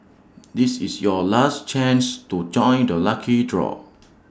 this is your last chance to join the lucky draw